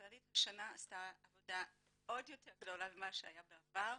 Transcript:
הכללית השנה עשתה עבודה עוד יותר גדולה ממה שהיה בעבר,